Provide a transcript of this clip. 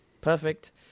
perfect